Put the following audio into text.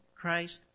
Christ